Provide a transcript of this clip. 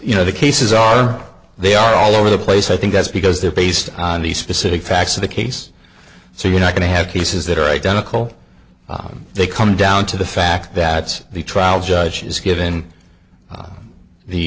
you know the cases are they are all over the place i think that's because they're based on the specific facts of the case so you're not going to have cases that are identical they come down to the fact that the trial judge is given